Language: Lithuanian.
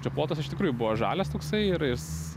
čia plotas iš tikrųjų buvo žalias toksai ir jis